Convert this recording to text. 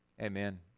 amen